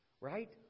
Right